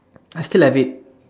I still have it